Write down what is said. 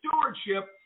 stewardship